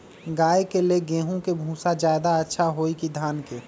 गाय के ले गेंहू के भूसा ज्यादा अच्छा होई की धान के?